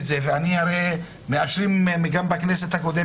יכול להיות שהיה ראוי לשנות את פקודת